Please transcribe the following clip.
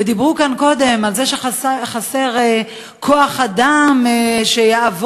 ודיברו כאן קודם על זה שחסר כוח-אדם שיעבוד,